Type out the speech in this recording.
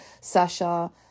Sasha